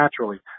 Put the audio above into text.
naturally